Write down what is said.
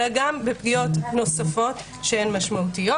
אלא גם בפגיעות נוספות שהן משמעותיות